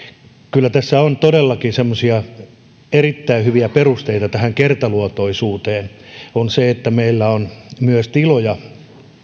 kyllä tässä on todellakin semmoisia erittäin hyviä perusteita tähän kertaluontoisuuteen sillä meillä on myös tiloja